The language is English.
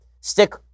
stick